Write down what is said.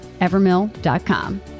evermill.com